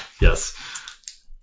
Yes